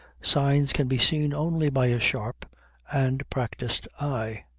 signs can be seen only by a sharp and practised eye.